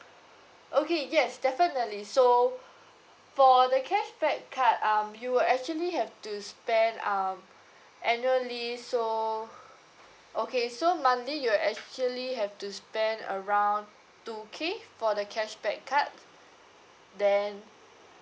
okay yes definitely so for cashback card um you actually have to spend um annually so okay so monthly you actually have to spend around two K for the cashback card then